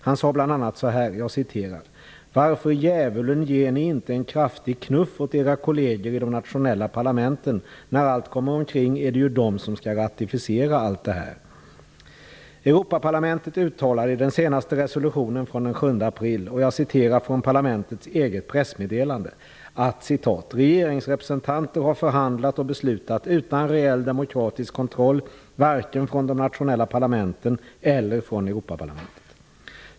Han sade bl.a.: "Varför djävulen ger Ni inte en kraftig knuff åt Era kollegor i de nationella parlamenten när allt kommer omkring är det ju dom som skall ratificera allt det här -." Europaparlamentet uttalade följande i den senaste resolutionen från den 7 april, som jag citerar ur parlamentets eget pressmeddelande: "Regeringsrepresentanter har förhandlat och beslutat utan reell demokratisk kontroll varken från de nationella parlamenten eller från Europaparlamentet."